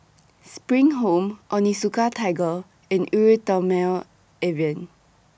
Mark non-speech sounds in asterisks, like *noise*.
*noise* SPRING Home Onitsuka Tiger and Eau Thermale Avene